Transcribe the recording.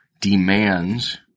demands